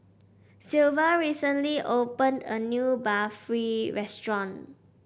Silvia recently open a new Barfi Restaurant